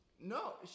No